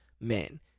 men